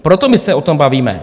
Proto my se o tom bavíme.